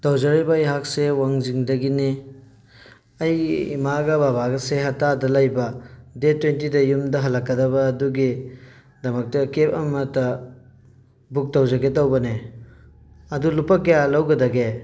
ꯇꯧꯖꯔꯛꯏꯕ ꯑꯩꯍꯥꯛꯁꯦ ꯋꯥꯡꯖꯤꯡꯗꯒꯤꯅꯤ ꯑꯩꯒꯤ ꯏꯃꯥꯒ ꯕꯕꯥꯒꯁꯦ ꯍꯠꯇꯥꯗ ꯂꯩꯕ ꯗꯦꯠ ꯇ꯭ꯋꯦꯟꯇꯤꯗ ꯌꯨꯝꯗ ꯍꯜꯂꯛꯀꯗꯕ ꯑꯗꯨꯒꯤꯗꯃꯛꯇ ꯀꯦꯞ ꯑꯃꯇ ꯕꯨꯛ ꯇꯧꯖꯒꯦ ꯇꯧꯕꯅꯦ ꯑꯗꯨ ꯂꯨꯄꯥ ꯀꯌꯥ ꯂꯧꯒꯗꯒꯦ